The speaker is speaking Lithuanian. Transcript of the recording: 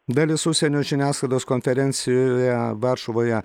dalis užsienio žiniasklaidos konferencijoje varšuvoje